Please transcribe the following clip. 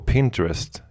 Pinterest